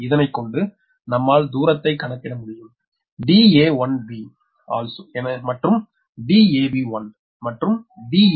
எனவே இதனை கொண்டு நம்மால் தூரத்தை கணக்கிட முடியும் da1balso dab1and da1b 6